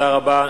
תודה רבה.